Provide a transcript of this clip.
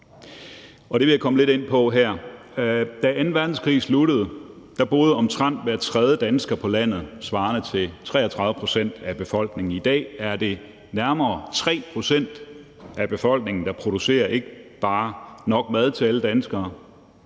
Da anden verdenskrig sluttede, boede omtrent hver tredje dansker på landet, svarende til 33 pct. af befolkningen. I dag er det nærmere 3 pct. af befolkningen, der producerer ikke bare nok mad til alle danskere,